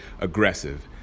aggressive